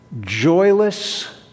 joyless